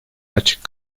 açık